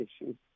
issues